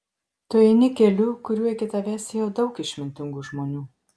tu eini keliu kuriuo iki tavęs ėjo daug išmintingų žmonių